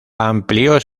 amplió